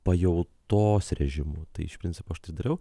pajautos režimu tai iš principo aš tai dariau